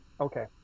okay